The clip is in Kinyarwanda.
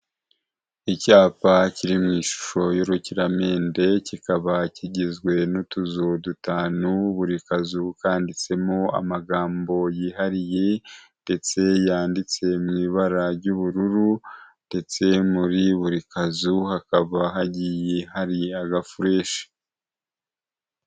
Icyapa kiri mu ishusho y'urukiramende kikaba kigizwe n'utuzu dutanu buri kazu kanditsemo amagambo yihariye ndetse yanditse mw'i ibara ry'ubururu ndetse muri buri kazu hakaba hagiye hari agafurishi.